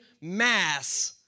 mass